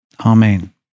Amen